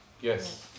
yes